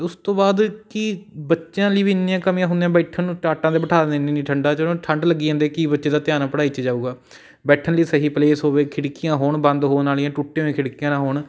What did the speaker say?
ਅਤੇ ਉਸ ਤੋਂ ਬਾਅਦ ਕਿ ਬੱਚਿਆਂ ਲਈ ਵੀ ਇੰਨੀਆਂ ਕਮੀਆਂ ਹੁੰਦੀਆਂ ਬੈਠਣ ਨੂੰ ਟਾਟਾਂ 'ਤੇ ਬਿਠਾ ਦਿੰਦੇ ਨੇ ਠੰਡ 'ਚ ਉਹਨਾਂ ਨੂੰ ਠੰਡ ਲੱਗੀ ਜਾਂਦੀ ਕੀ ਬੱਚੇ ਦਾ ਧਿਆਨ ਪੜ੍ਹਾਈ 'ਚ ਜਾਊਗਾ ਬੈਠਣ ਲਈ ਸਹੀ ਪਲੇਸ ਹੋਵੇ ਖਿੜਕੀਆਂ ਹੋਣ ਬੰਦ ਹੋਣ ਵਾਲੀਆਂ ਟੁੱਟੀਆਂ ਵੀਆਂ ਖਿੜਕੀਆਂ ਨਾ ਹੋਣ